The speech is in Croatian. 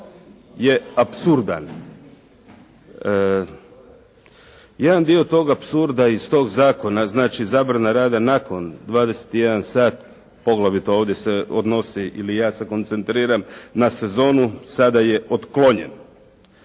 je apsurdan. Jedan dio tog apsurda iz tog zakona, znači zabrana rada nakon 21 sat, poglavito ovdje se odnosi, ili ja se koncentriram na sezonu, sada je otklonjen.